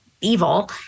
evil